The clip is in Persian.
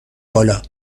بالا